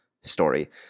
story